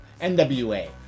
NWA